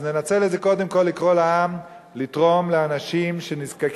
אז ננצל את זה קודם כול לקרוא לעם לתרום לאנשים שנזקקים.